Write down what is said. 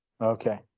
okay